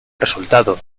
resultado